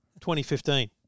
2015